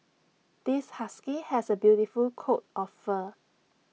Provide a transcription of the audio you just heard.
this husky has the beautiful coat of fur